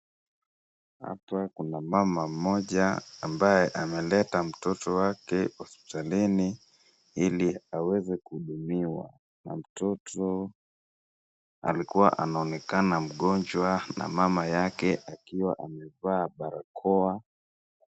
Hapa kuna mama mmoja ambaye ameleta mtoto wake hospitalini ili aweze kuhudumiwa na mtoto alikuwa anaonekana mgonjwa na mama yake akiwa amevaa barakoa.